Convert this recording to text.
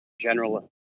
general